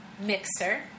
mixer